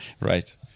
Right